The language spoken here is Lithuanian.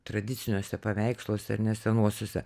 tradiciniuose paveiksluose ar ne senuosiuose